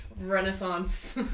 Renaissance